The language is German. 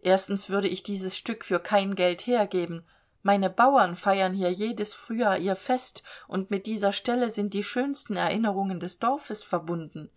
erstens würde ich dieses stück für kein geld hergeben meine bauern feiern hier jedes frühjahr ihr fest und mit dieser stelle sind die schönsten erinnerungen des dorfes verbunden